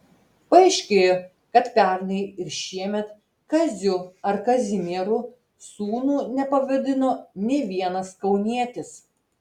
paaiškėjo kad pernai ir šiemet kaziu ar kazimieru sūnų nepavadino nė vienas kaunietis